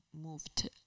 moved